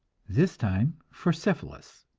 this time for syphilis.